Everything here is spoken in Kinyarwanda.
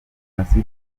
abatutsi